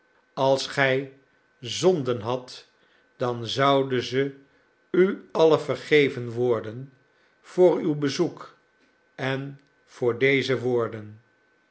als gij zonden hadt dan zouden ze u alle vergeven worden voor uw bezoek en voor deze woorden